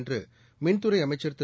என்று மின்குறை அமைச்சா் திரு